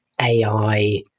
AI